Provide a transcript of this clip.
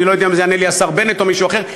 אני לא יודע אם יענה לי השר בנט או מישהו אחר,